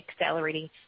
accelerating